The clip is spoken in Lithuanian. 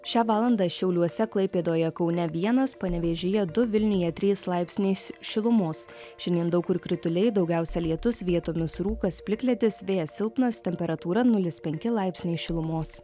šią valandą šiauliuose klaipėdoje kaune vienas panevėžyje du vilniuje trys laipsniai šilumos šiandien daug kur krituliai daugiausia lietus vietomis rūkas plikledis vėjas silpnas temperatūra nulis penki laipsniai šilumos